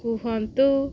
କୁହନ୍ତୁ